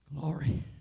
glory